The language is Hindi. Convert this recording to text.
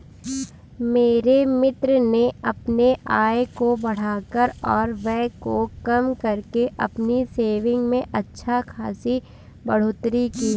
मेरे मित्र ने अपने आय को बढ़ाकर और व्यय को कम करके अपनी सेविंग्स में अच्छा खासी बढ़ोत्तरी की